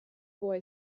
boy